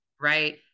Right